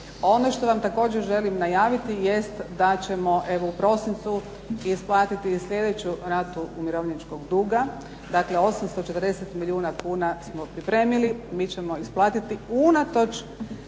Ono što vam također želim najaviti jest evo da ćemo u prosincu isplatiti sljedeću ratu umirovljeničkog duga. Dakle, 840 milijuna kuna smo pripremili. Mi ćemo isplatiti unatoč